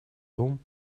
том